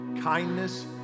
kindness